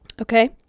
okay